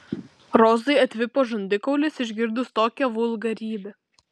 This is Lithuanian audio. rozai atvipo žandikaulis išgirdus tokią vulgarybę